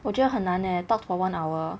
我觉得很难 eh talk for one hour